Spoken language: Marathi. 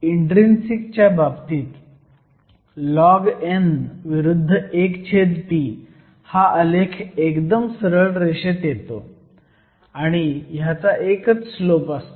इन्ट्रीन्सिक च्या बाबतीत लॉग n विरुद्ध 1T हा आलेख एकदम सरळ रेष येतो आणि ह्याचा एकच स्लोप असतो